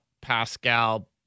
Pascal